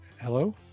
Hello